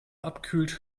abkühlt